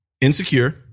Insecure